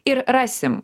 ir rasim